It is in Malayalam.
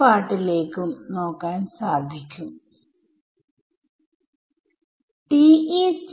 പക്ഷേ ഞാൻ ചില ഫൈനൈറ്റ് ഉം ഉം തിരഞ്ഞെടുത്താൽ എന്ത് സംഭവിക്കും